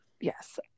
Yes